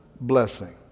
Blessing